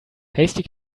hasty